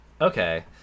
Okay